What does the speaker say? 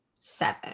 seven